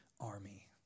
army